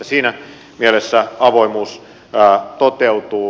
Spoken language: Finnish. siinä mielessä avoimuus toteutuu